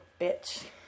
bitch